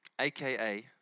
AKA